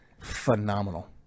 Phenomenal